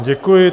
Děkuji.